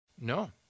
No